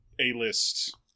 A-list